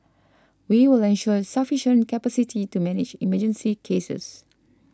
we will ensure sufficient capacity to manage emergency cases